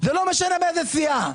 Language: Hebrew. זה לא משנה מאיזו סיעה.